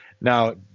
Now